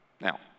Now